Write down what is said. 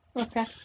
Okay